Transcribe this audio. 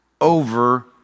over